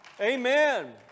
Amen